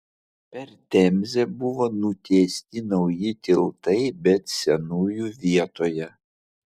per temzę buvo nutiesti nauji tiltai bet senųjų vietoje